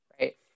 Right